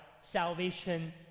salvation